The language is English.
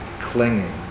clinging